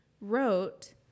wrote